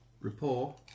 rapport